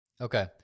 Okay